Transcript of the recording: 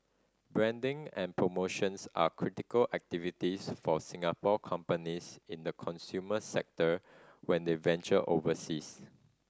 branding and promotions are critical activities for Singapore companies in the consumer sector when the venturing overseas